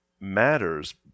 matters